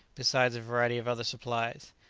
besides a variety of other supplies.